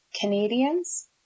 Canadians